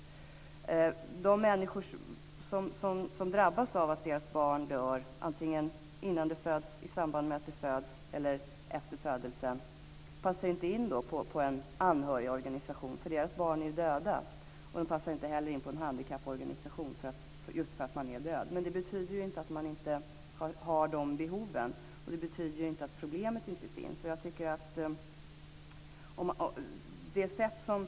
De människor som drabbas av att deras barn dör antingen innan det fötts, i samband med att det föds eller efter födelsen passar inte in i en anhörigorganisation, eftersom deras barn är döda. De passar inte heller in i en handikapporganisation. Det betyder dock inte att man inte har behov av stöd eller att problemet inte finns.